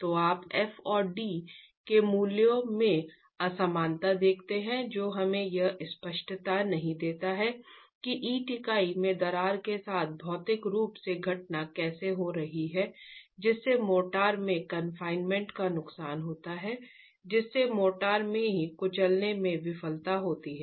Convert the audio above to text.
तो आप F और D के मूल्यों में असमानता देखते हैं जो हमें यह स्पष्टता नहीं देता है कि ईंट इकाई में दरार के साथ भौतिक रूप से घटना कैसे हो रही है जिससे मोर्टार में कॉनफिनेमेंट का नुकसान होता है जिससे मोर्टार में ही कुचलने में विफलता होती है